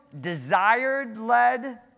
desired-led